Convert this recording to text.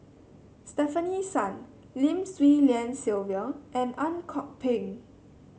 Stefanie Sun Lim Swee Lian Sylvia and Ang Kok Peng